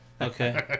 Okay